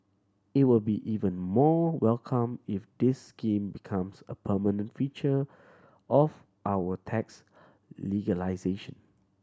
it will be even more welcome if this scheme becomes a permanent feature of our tax